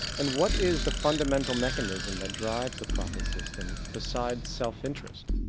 and what is the fundamental mechanism that drives the profit system besides self-interest?